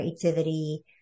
creativity